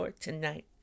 tonight